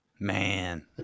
man